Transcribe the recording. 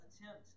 attempt